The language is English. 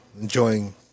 enjoying